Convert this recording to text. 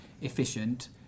efficient